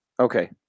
Okay